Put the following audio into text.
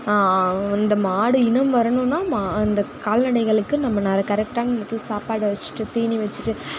இந்த மாடு இனம் வரணும்னா அந்த கால் நடைகளுக்கு நம்ம கரெக்டான நேரத்தில் சாப்பாடை வச்சிட்டு தீனி வச்சிட்டு